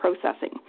processing